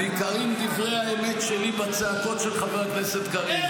ניכרים דברי האמת שלי בצעקות של חבר הכנסת קריב,